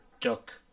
duck